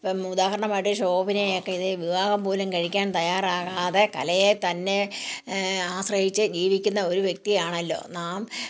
ഇപ്പം ഉദാഹരണമായിട്ട് ശോഭനയൊക്കെ ഇതേ വിവാഹം പോലും കഴിക്കാൻ തയ്യാറാകാതെ കലയെ തന്നെ ആശ്രയിച്ച് ജീവിക്കുന്ന ഒരു വ്യക്തിയാണല്ലോ നാം